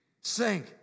Sing